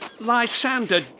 Lysander